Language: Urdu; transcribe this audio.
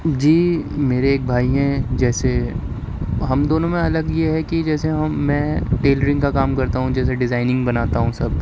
جی میرے ایک بھائی ہیں جیسے ہم دونوں میں الگ یہ ہے کہ جیسے ہم میں ٹیلرنگ کا کام کرتا ہوں جیسے ڈیزائننگ بناتا ہوں سب